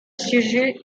siéger